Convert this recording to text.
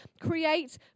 create